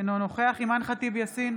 אינו נוכח אימאן ח'טיב יאסין,